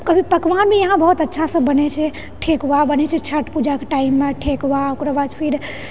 कभी पकवान भी यहाँ बहुत अच्छासँ बनैत छै ठकुआ बनैत छै छठ पूजाकऽ टाइममऽ ठकुआ ओकरो बाद फिर